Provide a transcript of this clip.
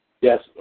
Yes